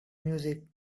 music